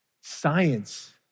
Science